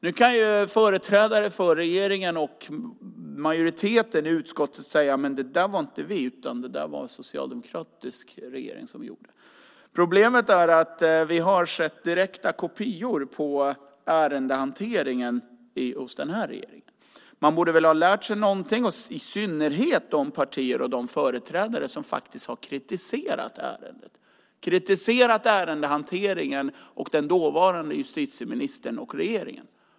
Nu kan ju företrädare för regeringen och majoriteten i utskottet säga: Men det där var inte vi utan en socialdemokratisk regering som gjorde. Problemet är att vi har sett direkta kopior på ärendehanteringen hos den här regeringen. Man borde väl ha lärt sig någonting, i synnerhet de partier och de företrädare som faktiskt har kritiserat ärendehanteringen och den dåvarande justitieministern och regeringen.